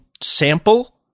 sample